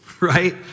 right